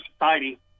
society